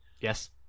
Yes